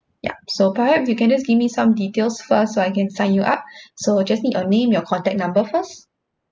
yup so perhaps you can just give me some details first so I can sign you up so I just need your name your contact number first